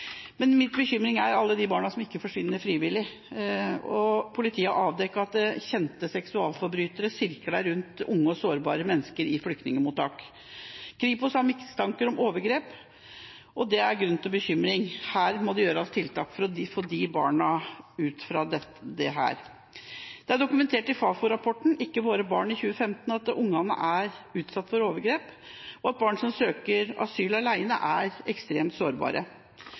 Men min bekymring er alle de barna som ikke forsvinner frivillig. Politiet har avdekket at kjente seksualforbrytere sirkler rundt unge og sårbare mennesker i flyktningmottak. Kripos har mistanker om overgrep. Det gir grunn til bekymring, og her må det gjøres tiltak for å få barna ut av dette. Det er dokumentert i Fafo-rapporten Ikke våre barn, fra 2015, at barn er utsatt for overgrep, og at barn som søker asyl alene, er ekstremt sårbare.